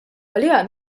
għaliha